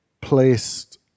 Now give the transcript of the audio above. placed